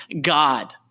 God